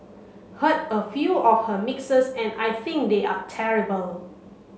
heard a few of her mixes and I think they are terrible